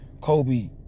Kobe